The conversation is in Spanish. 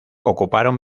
ocuparon